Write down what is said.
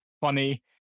funny